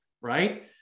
right